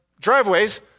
driveways